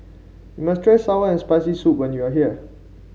you must try sour and Spicy Soup when you are here